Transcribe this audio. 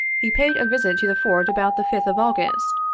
he paid a visit to the fort about the fifth of august,